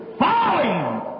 falling